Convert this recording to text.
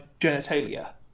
genitalia